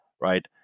right